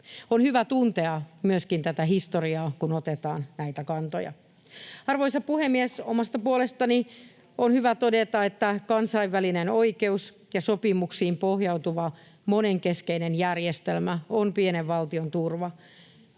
On hyvä tuntea myöskin tätä historiaa, kun otetaan näitä kantoja. Arvoisa puhemies! Omasta puolestani on hyvä todeta, että kansainvälinen oikeus ja sopimuksiin pohjautuva monenkeskeinen järjestelmä on pienen valtion turva.